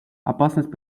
опасность